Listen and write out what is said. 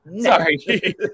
sorry